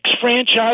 franchise –